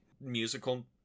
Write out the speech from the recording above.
musical